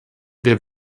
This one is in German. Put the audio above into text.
wer